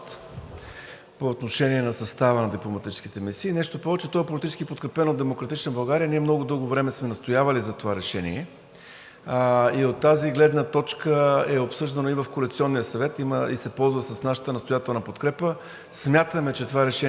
по отношение на състава на дипломатическите мисии. Нещо повече, то е политически подкрепено от „Демократична България“. Ние много дълго време сме настоявали за това решение. От тази гледна точка е обсъждано и в Коалиционния съвет и се ползва с нашата настоятелна подкрепа. Смятаме, че това решение е